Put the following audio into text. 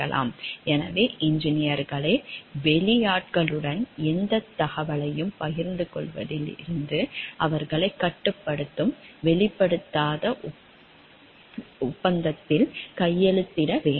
எனவே இன்ஜினியர்களே வெளியாட்களுடன் எந்தத் தகவலையும் பகிர்ந்து கொள்வதில் இருந்து அவர்களைக் கட்டுப்படுத்தும் வெளிப்படுத்தாத ஒப்பந்தத்தில் கையெழுத்திட வேண்டும்